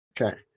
Okay